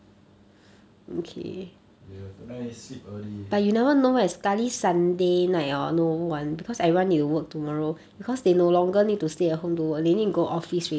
ya tonight need sleep early